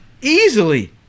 easily